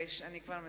אני כבר מסיימת.